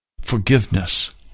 forgiveness